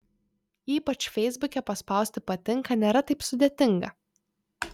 ypač feisbuke paspausti patinka nėra taip sudėtinga